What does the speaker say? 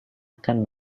akan